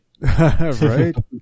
Right